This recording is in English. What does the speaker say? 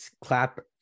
clap